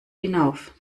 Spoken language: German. hinauf